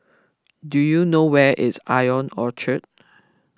do you know where is I O N Orchard